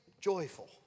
joyful